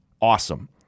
awesome